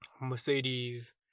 Mercedes